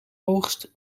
oogst